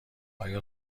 آیا